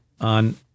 on